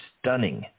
stunning